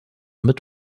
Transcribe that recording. mit